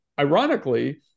ironically